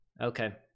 okay